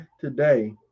today